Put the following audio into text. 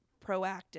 proactive